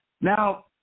Now